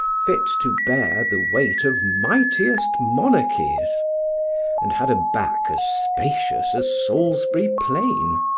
fit to bear the weight of mightiest monarchies and had a back as spacious as salisbury plain.